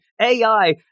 AI